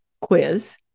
quiz